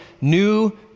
new